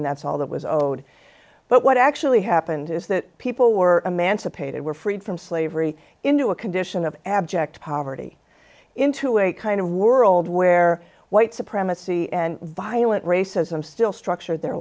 and that's all that was owed but what actually happened is that people were emancipated were freed from slavery into a condition of abject poverty into a kind of world where white supremacy and violent racism still structure their